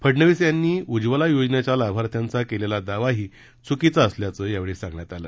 फडणवीस यांनी उज्वला योजनेच्या लाभार्थ्यांचा केलेला दावाही चुकीचा असल्याचे यावेळी सांगण्यात आले